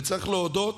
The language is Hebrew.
וצריך להודות